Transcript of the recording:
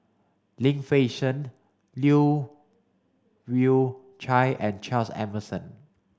Lim Fei Shen Leu Yew Chye and Charles Emmerson